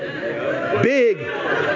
Big